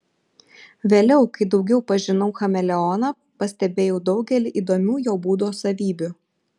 vėliau kai daugiau pažinau chameleoną pastebėjau daugelį įdomių jo būdo savybių